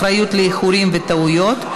אחריות לאיחורים וטעויות),